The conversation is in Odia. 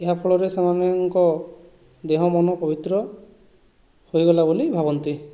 ଏହାଫଳରେ ସେମାନଙ୍କ ଦେହ ମନ ପବିତ୍ର ହୋଇଗଲା ବୋଲି ଭାବନ୍ତି